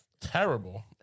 Terrible